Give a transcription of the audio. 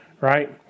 right